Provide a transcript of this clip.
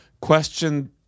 question